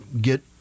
get